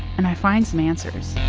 and i find some answers.